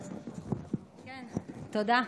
תודה.